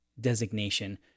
designation